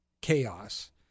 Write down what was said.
chaos